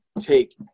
take